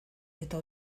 eta